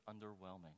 underwhelming